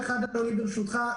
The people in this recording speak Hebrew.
ברשותך,